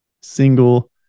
single